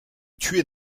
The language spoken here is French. tuer